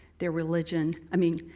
their religion. i mean,